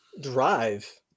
Drive